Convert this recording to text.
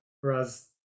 Whereas